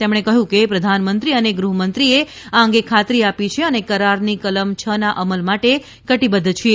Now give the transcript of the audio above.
તેમણે કહ્યું કે પ્રધાનમંત્રી અને ગૃહમંત્રીએ આ અંગે ખાતરી આપી છે અને કરારની કલમ છના અમલ માટે કટિબદ્ધ છીએ